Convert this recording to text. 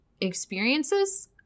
experiences